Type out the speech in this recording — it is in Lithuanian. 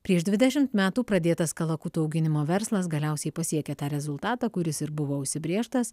prieš dvidešimt metų pradėtas kalakutų auginimo verslas galiausiai pasiekė tą rezultatą kuris ir buvo užsibrėžtas